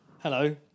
Hello